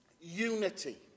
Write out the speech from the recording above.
unity